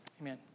Amen